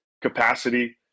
capacity